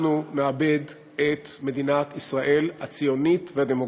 אנחנו נאבד את מדינת ישראל הציונית והדמוקרטית.